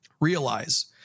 realize